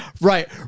Right